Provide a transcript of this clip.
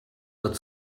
wird